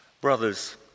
Brothers